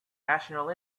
national